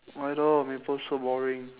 I don't want maple so boring